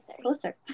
closer